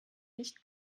nicht